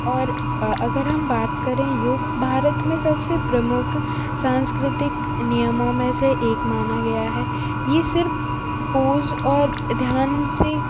और अगर हम बात करें योग भारत में सबसे प्रमुख सांस्कृतिक नियमों में से एक माना गया है ये सिर्फ पूर्ण और ध्यान से